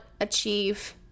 achieve